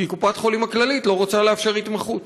כי קופת-חולים "כללית" לא רוצה לאפשר התמחות.